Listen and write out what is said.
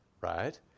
right